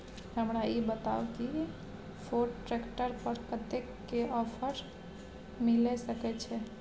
हमरा ई बताउ कि फोर्ड ट्रैक्टर पर कतेक के ऑफर मिलय सके छै?